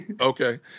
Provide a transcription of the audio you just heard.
Okay